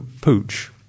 pooch